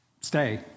stay